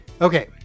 Okay